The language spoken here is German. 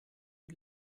die